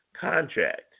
contract